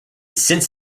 since